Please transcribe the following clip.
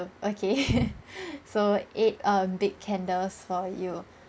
~[oh] okay so eight err big candles for you